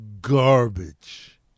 garbage